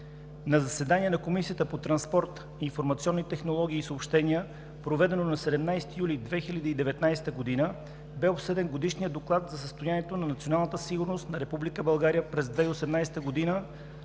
На заседание на Комисията по транспорт, информационни технологии и съобщения, проведено на 17 юли 2019 г., бе обсъден Годишният доклад за състоянието на националната сигурност на Република